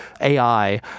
AI